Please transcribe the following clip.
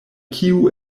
kiu